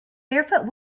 barefoot